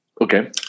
Okay